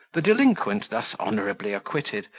the delinquent, thus honourably acquitted,